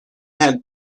had